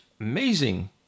amazing